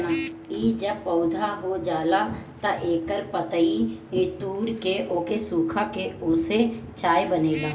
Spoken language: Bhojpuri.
इ जब पौधा हो जाला तअ एकर पतइ तूर के ओके सुखा के ओसे चाय बनेला